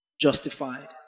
justified